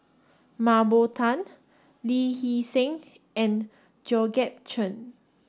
Mah Bow Tan Lee Hee Seng and Georgette Chen